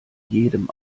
jedem